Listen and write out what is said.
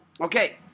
Okay